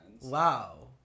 Wow